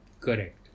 Correct